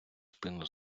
спину